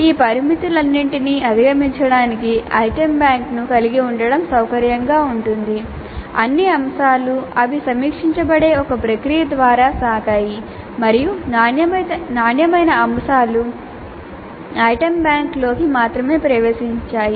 ఈ పరిమితులన్నింటినీ అధిగమించడానికి ఐటెమ్ బ్యాంక్ను కలిగి ఉండటం సౌకర్యంగా ఉంటుంది అన్ని అంశాలు అవి సమీక్షించబడే ఒక ప్రక్రియ ద్వారా సాగాయి మరియు నాణ్యమైన అంశాలు ఐటమ్ బ్యాంక్లోకి మాత్రమే ప్రవేశించాయి